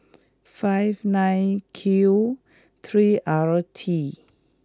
five nine Q three R T